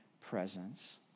presence